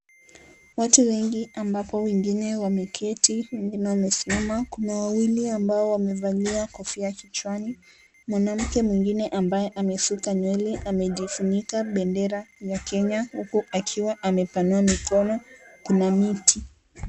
Watu wengi ambapo wengine wameketi wengine wamesimama kuna wawili ambao wamevalia kofia kichwani mwanamke mwingine ambaye amesuka nywele amejisinyika bendera ya Kenya huku akiwa amepanua mikono kuna miti.